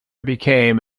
became